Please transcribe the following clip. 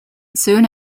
soon